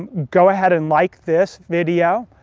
and go ahead and like this video.